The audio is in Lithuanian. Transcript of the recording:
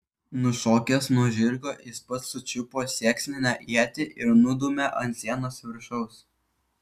nušokęs nuo žirgo jis pats sučiupo sieksninę ietį ir nudūmė ant sienos viršaus